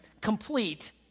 complete